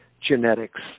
genetics